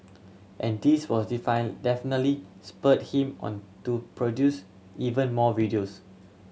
and this was define definitely spurred him on to produce even more videos